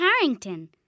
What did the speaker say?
Harrington